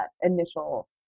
initial